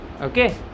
Okay